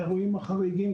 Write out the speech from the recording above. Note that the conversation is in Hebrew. האירועים החריגים,